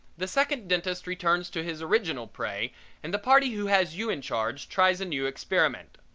the second dentist returns to his original prey and the party who has you in charge tries a new experiment.